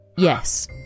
Yes